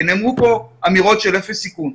כי נאמרו פה אמירות של אפס סיכון.